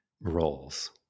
roles